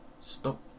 Stop